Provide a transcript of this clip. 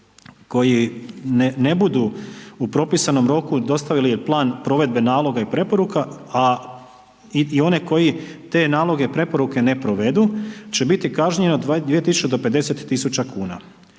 koji ne budu u propisanom roku dostavili plan provedbe naloga i preporuka a i one koji te naloge i preporuke ne provedu će biti kažnjeno 2000 do 50 000 kn,